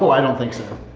ah i don't think so.